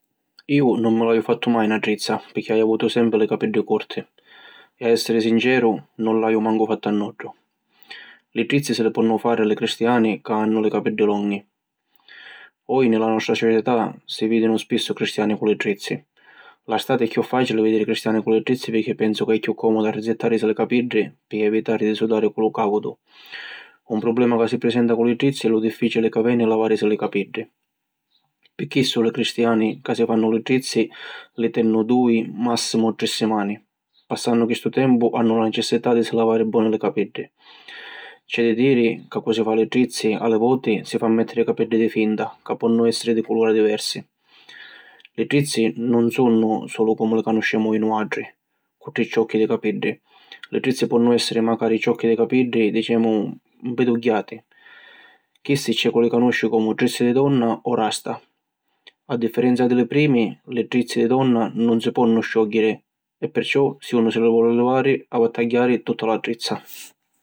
Iu nun mi l’haju fattu mai na trizza pirchì haju avutu sempri li capiddi curti. E, a èssiri sinceru, nun l`haju mancu fattu a nuddu. Li trizzi si li ponnu fari li cristiani ca hannu li capiddi longhi. Oji, nni la nostra società, si vìdinu spissu cristiani cu li trizzi. La stati è chiù fàcili vidiri cristiani cu li trizzi pirchì pensu ca è chiù còmodu arrizzittàrisi li capiddi pi evitari di sudari cu lu càudu. Un problema ca si prisenta cu li trizzi è lu diffìcili ca veni, lavàrisi li capiddi. Pi chissu li cristiani ca si fannu li trizzi, li tennu dui, màssimu tri simani. Passannu chistu tempu, hannu la necessità di si lavari boni li capiddi. C’è di diri ca cu’ si fa li trizzi, a li voti, si fa mèttiri capiddi di finta ca ponnu èssiri di culura diversi. Li trizzi nun sunnu sulu comu li canuscemu oji nuatri (cu tri ciocchi di capiddi). Li trizzi ponnu èssiri macari ciocchi di capiddi, dicemu “mpidugghiati”, chissi c’è cu’ li canusci comu ‘Trizzi di Donna’ o ‘Rasta’. A differenza di li primi, li trizzi di donna nun si ponnu sciògghiri e perciò si unu si li voli livari, havi a tagghiari tutta la trizza.